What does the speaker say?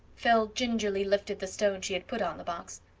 phil gingerly lifted the stone she had put on the box.